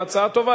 וההצעה טובה,